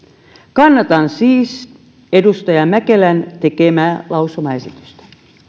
kannatan siis edustaja mäkelän tekemää lausumaesitystä